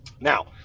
Now